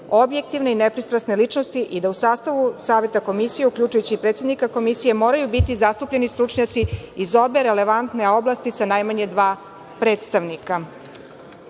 objektivne i nepristrasne ličnosti i da u sastavu Saveta komisije uključujući i predsednika Komisije, moraju biti zastupljeni stručnjaci iz obe relevantne oblasti sa najmanje dva predstavnika. Na